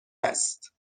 است